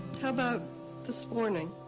how about this morning?